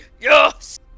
Yes